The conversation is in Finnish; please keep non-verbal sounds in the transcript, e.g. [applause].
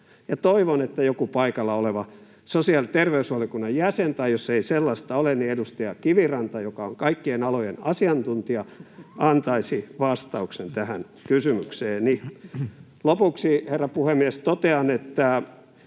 toivon, että joku paikalla oleva sosiaali‑ ja terveysvaliokunnan jäsen, tai jos ei sellaista ole, niin edustaja Kiviranta, joka on kaikkien alojen asiantuntija, [laughs] antaisi vastauksen tähän kysymykseeni. Lopuksi, herra puhemies, totean, että